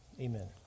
amen